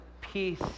peace